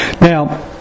now